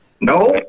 No